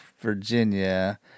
Virginia